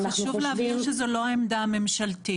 רק חשוב להבהיר שזו לא העמדה הממשלתית.